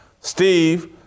Steve